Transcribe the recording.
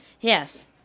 Yes